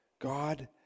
God